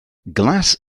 glass